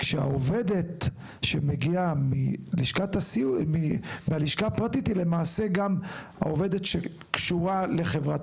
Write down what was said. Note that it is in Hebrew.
כשהעובדת שמגיעה מהלשכה הפרטית היא למעשה גם העובדת שקשורה לחברת